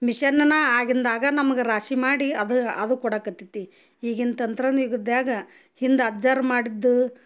ಮಿಶನನ್ನು ಆಗಿಂದಾಗ ನಮ್ಗೆ ರಾಶಿ ಮಾಡಿ ಅದು ಅದು ಕೊಡಕತ್ತತ್ತಿ ಈಗಿನ ತಾಂತ್ರಿಕ ಯುಗದ್ಯಾಗ ಹಿಂದೆ ಅಜ್ಜಾರ್ ಮಾಡಿದ್ದು